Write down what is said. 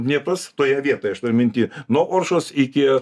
dnepras toje vietoje aš turiu minty nuo oršos iki